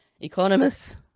economists